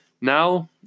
Now